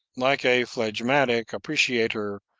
like a phlegmatic appreciator,